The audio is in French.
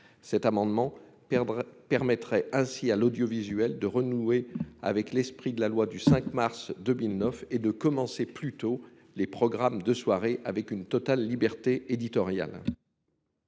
Cet amendement perdre permettrait ainsi à l'audiovisuel de renouer avec l'esprit de la loi du 5 mars 2009 et de commencer plus tôt les programmes de soirée avec une totale liberté éditoriale.